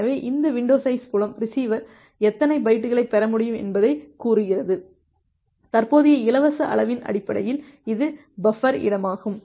எனவே இந்த window size புலம் ரிசீவர் எத்தனை பைட்டுகளைப் பெற முடியும் என்பதைக் கூறுகிறது தற்போதைய இலவச அளவின் அடிப்படையில் அது பஃபர் இடமாகும்